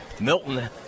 Milton